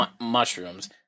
mushrooms